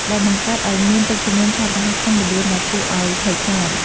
ដែលបង្កើតឱ្យមានទឹកជំនន់ឆាប់រហ័សក្នុងល្បឿនដ៏គួរឱ្យភ័យខ្លាច។